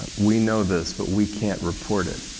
we know this, but we can't report it.